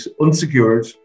unsecured